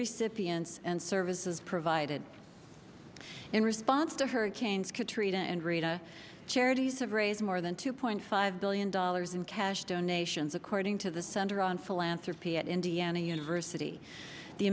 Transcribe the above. p s and services provided in response to hurricanes katrina and rita charities have raised more than two point five billion dollars in cash donations according to the center on philanthropy at indiana university the